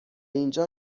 اینجا